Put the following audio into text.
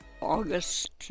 August